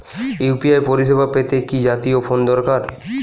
UPI পরিসেবা পেতে কি জাতীয় ফোন দরকার?